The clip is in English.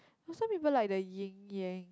got some people like the yin yang